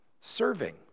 Serving